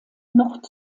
nord